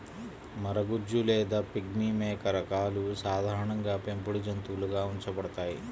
మరగుజ్జు లేదా పిగ్మీ మేక రకాలు సాధారణంగా పెంపుడు జంతువులుగా ఉంచబడతాయి